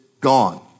gone